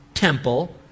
temple